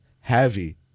Heavy